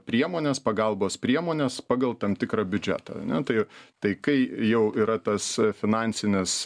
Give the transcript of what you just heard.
priemones pagalbos priemones pagal tam tikrą biudžetą ane tai tai kai jau yra tas finansinis